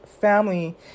family